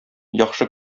яхшы